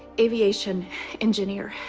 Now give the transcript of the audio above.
aviation engineer.